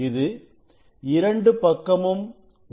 இது இரண்டு பக்கமும் உள்ளது